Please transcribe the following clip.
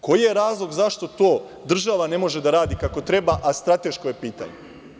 Koji je razlog zašto to država ne može da radi kako treba, a strateško je pitanje?